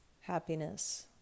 happiness